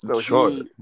Sure